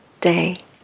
day